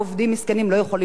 תודה רבה, גברתי.